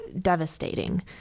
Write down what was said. devastating